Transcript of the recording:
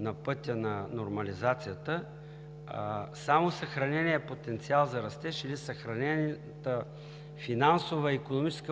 на пътя на нормализацията, само съхраненият потенциал за растеж или съхранена финансово и икономически